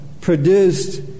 produced